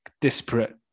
disparate